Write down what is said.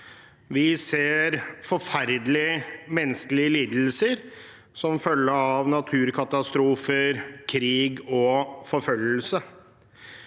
Vi ser forferdelige menneskelige lidelser som følge av naturkatastrofer, krig og forfølgelse.